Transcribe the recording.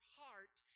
heart